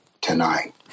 Tonight